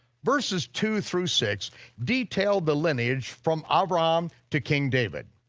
verses two through six detail the lineage from abraham to king david.